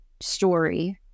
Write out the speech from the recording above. story